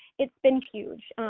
it's been huge.